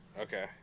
Okay